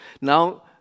Now